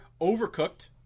Overcooked